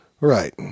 right